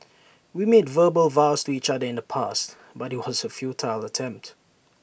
we made verbal vows to each other in the past but IT was A futile attempt